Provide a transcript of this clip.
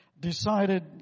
decided